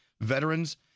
Veterans